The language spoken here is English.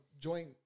joint